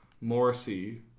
Morrissey